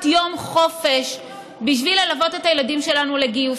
יום חופש בשביל ללוות את הילדים שלנו לגיוס.